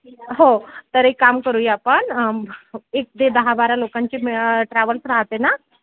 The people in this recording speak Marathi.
हो तर एक काम करूया आपण एक ते दहा बारा लोकांची मिळ ट्रॅव्हल्स राहते ना